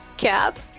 Cab